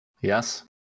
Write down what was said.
yes